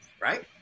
right